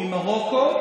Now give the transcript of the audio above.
ממרוקו,